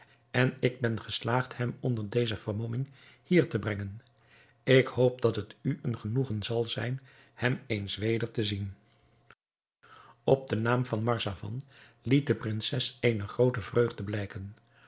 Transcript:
en ik ben geslaagd hem onder deze vermomming hier te brengen ik hoop dat het u een genoegen zal zijn hem eens weder te zien op den naam van marzavan liet de prinses eene groote vreugde blijken